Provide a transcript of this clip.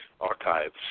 archives